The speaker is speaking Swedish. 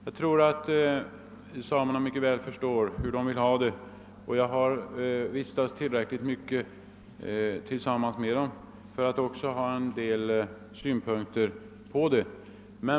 Jag vet att samerna mycket väl förstår hur de vill ha det, och jag har vistats tillräckligt mycket tillsammans med dem för att också ha en del synpunkter på det.